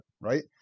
right